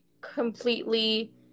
completely